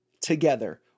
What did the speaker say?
together